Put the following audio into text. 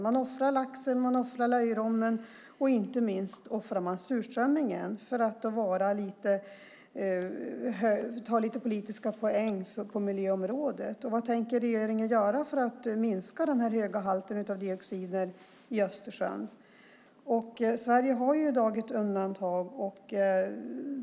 Man offrar laxen, man offrar löjrommen och inte minst offrar man surströmmingen för att ta några politiska poäng på miljöområdet. Vad tänker regeringen göra för att minska de höga halterna av dioxiner i Östersjön? Sverige har ju i dag ett undantag.